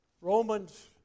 Romans